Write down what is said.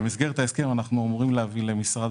במסגרת ההסכם אנחנו אמורים להביא למשרד